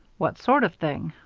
what sort of thing?